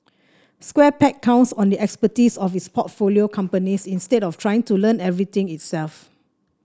Square Peg counts on the expertise of its portfolio companies instead of trying to learn everything itself